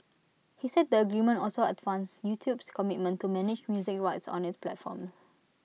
he said the agreement also advanced YouTube's commitment to manage music rights on its platform